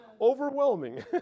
overwhelming